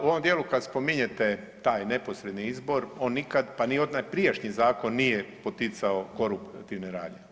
U ovom dijelu kad spominjete taj neposredni izbor on nikad, pa ni onaj prijašnji zakon nije poticao koruptivne radnje.